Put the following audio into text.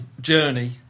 journey